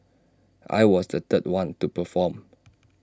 I was the third one to perform